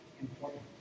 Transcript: important